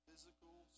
physical